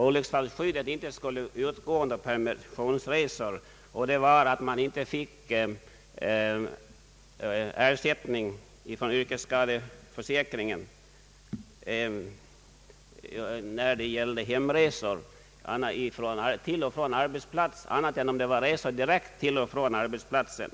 olycksfallsskyddet inte skulle utgå under permissionsresor var att ersättning från yrkesskadeförsäkringen inte utgick vid resor till och från arbetsplatsen om skada inträffade annat än om det var vid direkta resor.